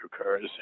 occurs